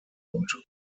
und